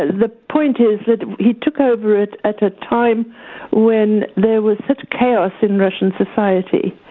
ah the point is that he took over at at a time when there was such chaos in russian society,